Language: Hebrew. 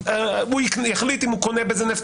הוא יחליט אם הוא קונה בזה נפט,